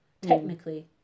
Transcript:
technically